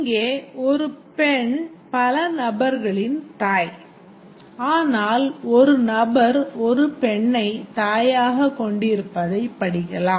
இங்கே ஒரு பெண் பல நபர்களின் தாய் ஆனால் ஒரு நபர் ஒரு பெண்ணை தாயாகக் கொண்டிருப்பதைப் படிக்கலாம்